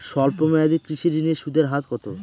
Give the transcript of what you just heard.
স্বল্প মেয়াদী কৃষি ঋণের সুদের হার কত?